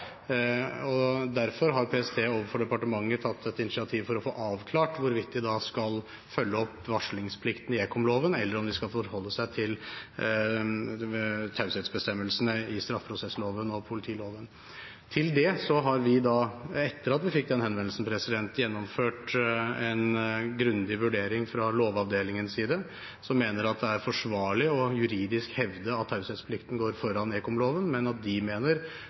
Derfor har PST overfor departementet tatt et initiativ for å få avklart hvorvidt de skal følge opp varslingsplikten i ekomloven, eller om de skal forholde seg til taushetsbestemmelsene i straffeprosessloven og politiloven. Etter at vi fikk den henvendelsen, har vi gjennomført en grundig vurdering fra Lovavdelingens side, som mener at det er juridisk forsvarlig å hevde at taushetsplikten går foran ekomloven, men at de mener